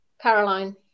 Caroline